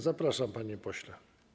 Zapraszam, panie pośle.